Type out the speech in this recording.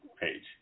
Page